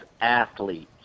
athletes